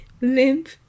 limp